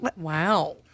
Wow